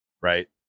right